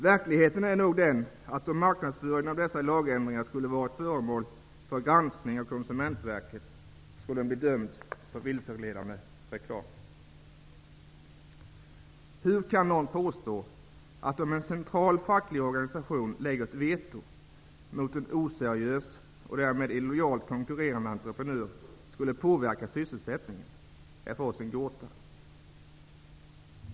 Verkligheten är nog den, att om marknadsföringen av dessa lagändringar skulle ha varit föremål för granskning av Konsumentverket, hade regeringen blivit fälld för vilseledande reklam. Hur kan någon påstå att det skulle påverka sysselsättningen om en lokal facklig organisation lägger ett veto mot en oseriös och därmed illojalt konkurrerande entreprenör? Det är för oss en gåta.